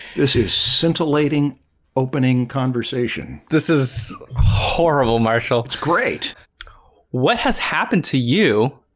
this is scintillating opening conversation. this is horrible marshall, it's great what has happened to you?